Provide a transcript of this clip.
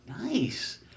Nice